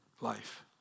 life